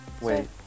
Wait